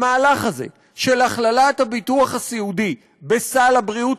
המהלך הזה של הכללת הביטוח הסיעודי בסל הבריאות